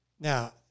Now